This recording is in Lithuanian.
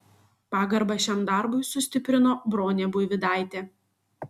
pagarbą šiam darbui sustiprino bronė buivydaitė